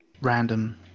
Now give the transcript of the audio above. random